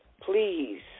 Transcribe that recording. Please